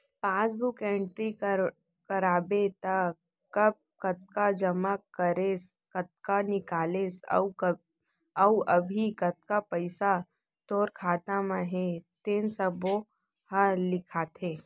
passbook entry कराबे त कब कतका जमा करेस, कतका निकालेस अउ अभी कतना पइसा तोर खाता म हे तेन सब्बो ह लिखाथे